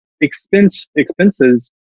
expenses